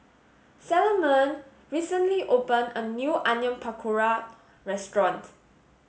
Salomon recently open a new Onion Pakora restaurant